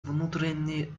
внутренней